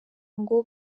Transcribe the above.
ngo